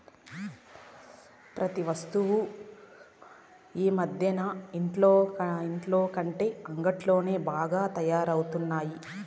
ప్రతి వస్తువు ఈ మధ్యన ఇంటిలోకంటే అంగిట్లోనే బాగా తయారవుతున్నాయి